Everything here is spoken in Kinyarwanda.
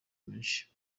menshi